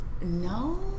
No